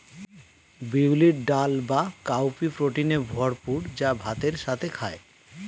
বিউলির ডাল বা কাউপি প্রোটিনে ভরপুর যা ভাতের সাথে খায়